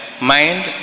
mind